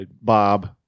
Bob